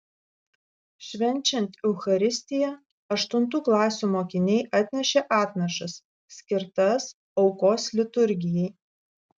švenčiant eucharistiją aštuntų klasių mokiniai atnešė atnašas skirtas aukos liturgijai